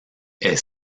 est